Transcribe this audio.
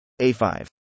A5